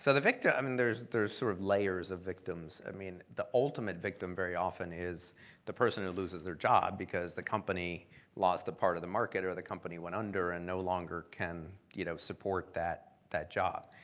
so the victims, i mean, there's there's sort of layers of victims. i mean, the ultimate victim very often is the person who loses their job because the company lost a part of the market, or the company went under, and no longer can you know support that that job.